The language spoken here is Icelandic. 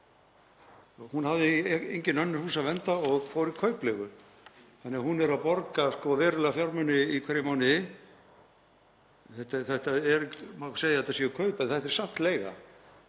Hún hafði í engin önnur hús að venda og fór í kaupleigu þannig að hún er að borga verulega fjármuni í hverjum mánuði. Það má segja að þetta séu kaup en þetta er samt leiga.